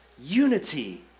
unity